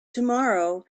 tomorrow